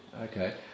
Okay